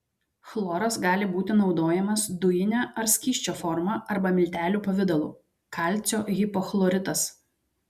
chloras gali būti naudojamas dujine ar skysčio forma arba miltelių pavidalu kalcio hipochloritas